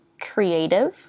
creative